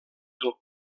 del